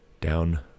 down